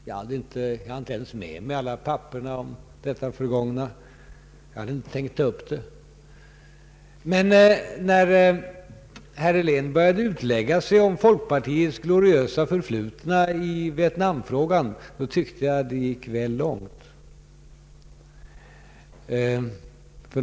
Jag hade inte ens med mig alla papper om detta förgångna — jag hade inte tänkt ta upp det — men när herr Helén började sin utläggning om folkpartiets gloriösa förflutna i Vietnamfrågan tyckte jag att det gick väl långt.